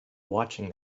watching